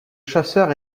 chasseur